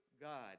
God